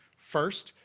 first,